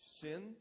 Sin